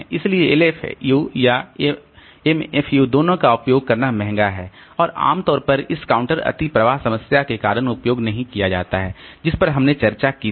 इसलिए LFU और MFU दोनों का उपयोग करना महंगा है और आमतौर पर इस काउंटर अतिप्रवाह समस्या के कारण उपयोग नहीं किया जाता है जिस पर हमने चर्चा की थी